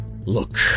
Look